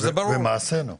ומעשינו.